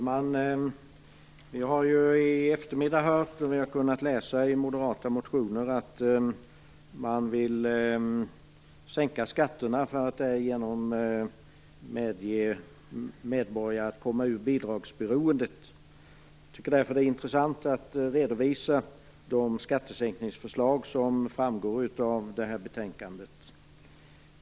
Herr talman! Vi har i eftermiddag hört och kunnat läsa i moderata motioner att man vill sänka skatterna för att därigenom medge att medborgare kommer ur bidragsberoendet. Jag tycker därför att det är intressant att redovisa de skattesänkningsförslag som framgår av betänkandet.